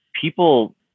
people